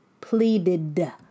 pleaded